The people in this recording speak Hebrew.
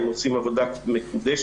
הם עושים עבודה מקודשת.